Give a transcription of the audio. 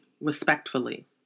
respectfully